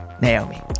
Naomi